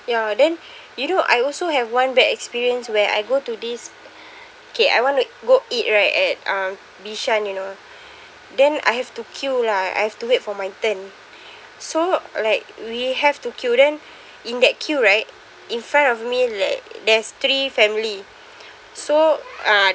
ya then you know I also have one bad experience where I go to this okay I want to go eat right at um bishan you know then I have to queue lah I have to wait for my turn so like we have to queue then in that queue right in front of me like there's three family so uh